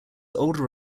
older